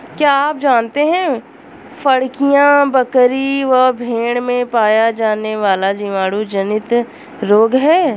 क्या आप जानते है फड़कियां, बकरी व भेड़ में पाया जाने वाला जीवाणु जनित रोग है?